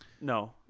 No